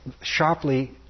sharply